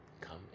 Come